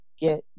get